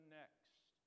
next